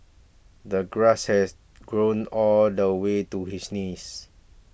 the grass has grown all the way to his knees